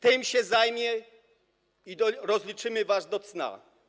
Tym się zajmiemy i rozliczymy was do cna.